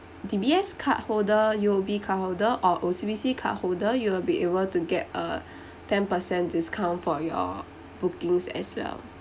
D_B_S cardholder U_O_B cardholder or O_C_B_C cardholder you'll be able to get a ten percent discount for your bookings as well